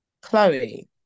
Chloe